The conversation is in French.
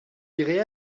irez